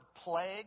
plague